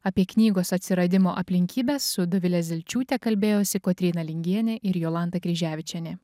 apie knygos atsiradimo aplinkybes su dovile zelčiūte kalbėjosi kotryna lingienė ir jolanta kryževičienė